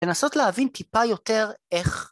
לנסות להבין טיפה יותר איך